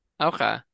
okay